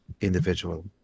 individual